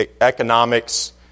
economics